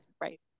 Right